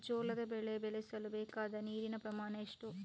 ಜೋಳದ ಬೆಳೆ ಬೆಳೆಸಲು ಬೇಕಾಗುವ ನೀರಿನ ಪ್ರಮಾಣ ಎಷ್ಟು?